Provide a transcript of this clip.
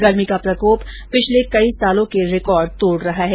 गर्मी का प्रकोप पिछले कई सालों के रिकॉर्ड तोड रहा है